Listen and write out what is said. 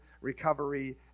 recovery